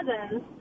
cousins